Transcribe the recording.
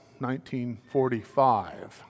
1945